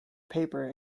paper